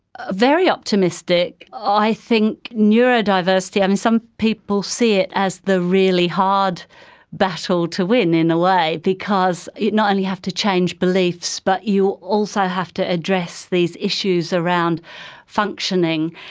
ah very optimistic. i think neurodiversity, i mean, some people see it as the really hard battle to win, in a way, because you not only have to change beliefs but you also have to address these issues around functioning.